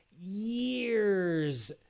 years